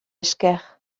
esker